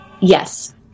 Yes